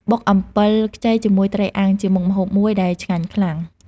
បុកអំពិលខ្ចីជាមួយត្រីអាំងជាមុខម្ហូបមួយដែលឆ្ងាញ់ខ្លាំង។